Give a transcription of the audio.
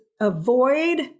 avoid